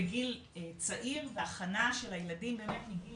בגיל צעיר והכנה של הילדים באמת מגיל